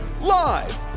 Live